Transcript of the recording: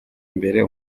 imbere